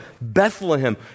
Bethlehem